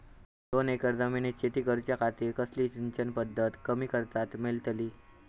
दोन एकर जमिनीत शेती करूच्या खातीर कसली सिंचन पध्दत कमी खर्चात मेलतली?